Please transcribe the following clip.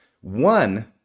one